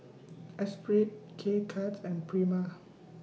Esprit K Cuts and Prima